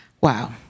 Wow